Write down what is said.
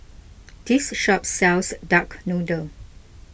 this shop sells Duck Noodle